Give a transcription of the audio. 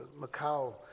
Macau